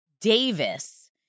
Davis